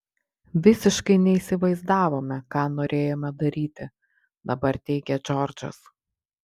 visiškai neįsivaizdavome ką norėjome daryti dabar teigia džordžas